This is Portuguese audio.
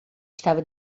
estava